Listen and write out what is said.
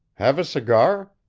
have a cigar?